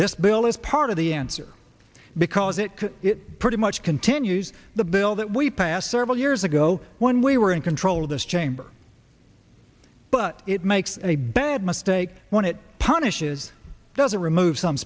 this bill is part of the answer because it it pretty much continues the bill that we passed several years ago when we were in control of this chamber but it makes a bad mistake when it punishes doesn't remove some